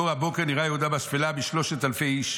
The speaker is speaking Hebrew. וכאור הבוקר נראה יהודה בשפלה בשלושת אלפי איש